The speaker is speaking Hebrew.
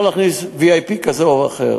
לא להכניס VIP כזה אחר.